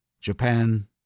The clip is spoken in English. Japan